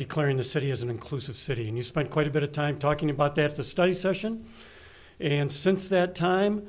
declaring the city is an inclusive city and you spent quite a bit of time talking about that the study session and since that time